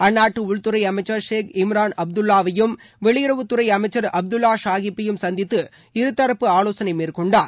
அந்நாட்டு உள்துறை அமைச்சர் ஷேக் இம்ரான் அப்துல்லாவையும் வெளியறவுத் துறை அமைச்சர் அப்துல்வா ஷாகீப்பையும் சந்தித்து இருதரப்பு ஆலோசனை மேற்கொண்டார்